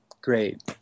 Great